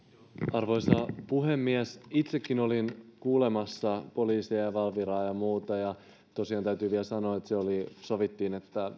arvoisa puhemies itsekin olin kuulemassa poliiseja valviraa ja muita ja tosiaan täytyy vielä sanoa että siellä sovittiin että